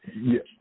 Yes